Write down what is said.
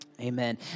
Amen